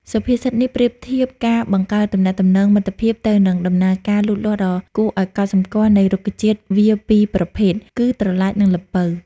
សុភាសិតនេះប្រៀបធៀបការបង្កើតទំនាក់ទំនងមិត្តភាពទៅនឹងដំណើរការលូតលាស់ដ៏គួរឲ្យកត់សម្គាល់នៃរុក្ខជាតិវារពីរប្រភេទ គឺប្រឡាច និងល្ពៅ។